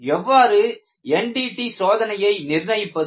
எவ்வாறு NDT சோதனையை நிர்ணயிப்பது